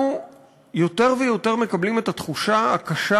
אנחנו יותר ויותר מקבלים את התחושה הקשה